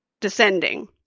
descending